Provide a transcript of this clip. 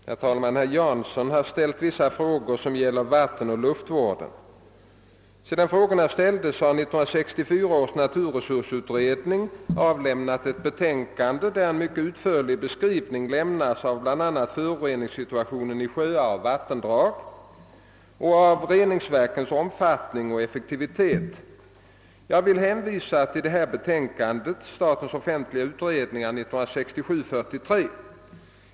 Herr talman! Herr Jansson har till mig ställt vissa frågor som gäller vattenoch luftvården. Sedan frågorna ställdes har 1964 års naturresursutredning avlämnat ett betänkande, där en mycket utförlig beskrivning lämnas av bl.a. föroreningssituationen i sjöar och vattendrag och av reningsverkens omfattning och reningseffektivitet. Jag vill hänvisa till detta betänkande .